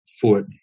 foot